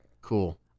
cool